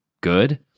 good